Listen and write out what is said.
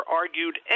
argued